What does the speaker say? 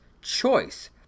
choice